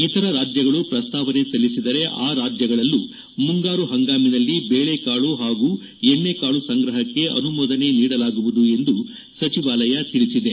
ಇತರ ರಾಜ್ಯಗಳು ಪ್ರಸ್ತಾವನೆ ಸಲ್ಲಿಸಿದರೆ ಆ ರಾಜ್ಯಗಳಲ್ಲೂ ಮುಂಗಾರು ಪಂಗಾಮಿನಲ್ಲಿ ಬೇಳೆಕಾಳು ಹಾಗೂ ಎಣ್ಣೆಕಾಳು ಸಂಗ್ರಪಕ್ಷೆ ಅನುಮೋದನೆ ನೀಡಲಾಗುವುದು ಎಂದು ಸಚಿವಾಲಯ ತಿಳಿಸಿದೆ